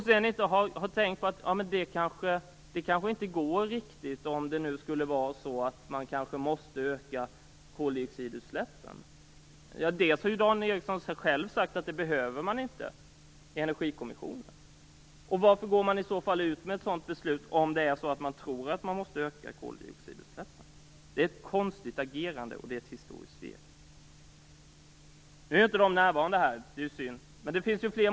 Sedan tänker man inte på att det kanske inte är möjligt om nu koldioxidutsläppen kommer att öka. Dan Ericsson har själv sagt i Energikommissionen att så behöver det inte bli. Varför fattar man i så fall ett sådant beslut, om man nu tror att koldioxidutsläppen kommer att öka? Det är ett konstigt agerande, och det är ett historiskt svek. Nu är inte dessa ledamöter närvarande här, och det är ju synd.